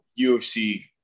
UFC